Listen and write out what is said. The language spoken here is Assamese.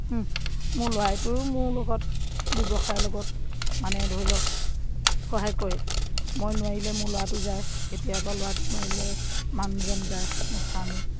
মোৰ ল'ৰাইটোৱও মোৰ লগত ব্যৱসায়ৰ লগত মানে ধৰি লওক সহায় কৰে মই নোৱাৰিলে মোৰ ল'ৰাটো যায় কেতিয়াবা ল'ৰাটো নোৱাৰিলে মানুহজন যায় মোৰ স্বামী